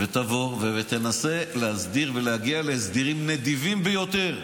היא תבוא ותנסה להסדיר ולהגיע להסדרים נדיבים ביותר,